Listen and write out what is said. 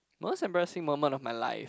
most embarrassing moment of my life